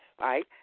Right